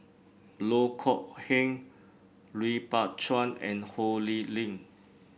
Loh Kok Heng Lui Pao Chuen and Ho Lee Ling